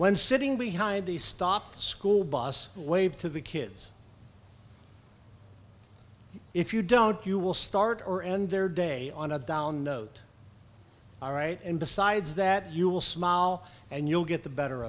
when sitting behind the stop the school bus wave to the kids if you don't you will start or end their day on a down note all right and besides that you will smile and you'll get the better